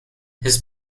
his